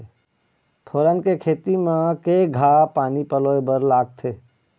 फोरन के खेती म केघा पानी पलोए बर लागथे?